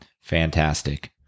Fantastic